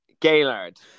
Gaylord